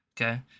Okay